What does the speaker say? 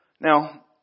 Now